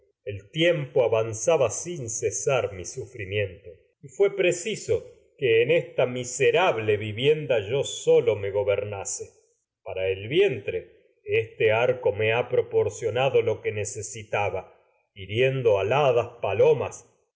el tieiflpo avanzaba sin cesar y fué preciso que en esta miserable vivienda yo solo me gobernase para el vientre este arco me ha propor cionado lo que necesitaba hiriendo aladas palomas